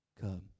Come